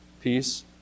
peace